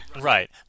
Right